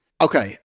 Okay